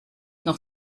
noch